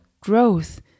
growth